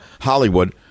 Hollywood